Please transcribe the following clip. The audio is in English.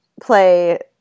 play